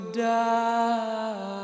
die